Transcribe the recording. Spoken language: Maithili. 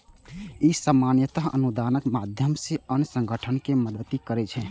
ई सामान्यतः अनुदानक माध्यम सं अन्य संगठन कें मदति करै छै